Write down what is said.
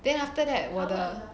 then after that 我的